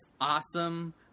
awesome